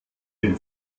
dem